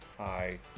Hi